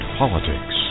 politics